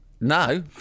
No